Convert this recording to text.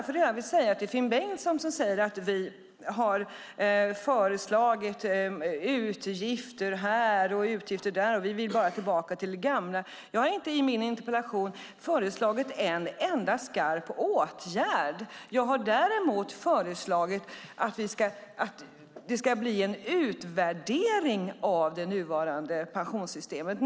Finn Bengtsson säger att vi har föreslagit utgifter här och utgifter där och bara vill tillbaka till det gamla. Jag har i min interpellation inte föreslagit en enda skarp åtgärd. Jag har däremot föreslagit en utvärdering av det nuvarande pensionssystemet.